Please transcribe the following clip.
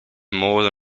more